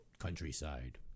Countryside